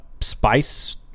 spice